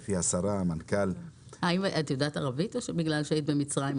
גברתי השרה, אני רוצה לדבר על העניין החשמל.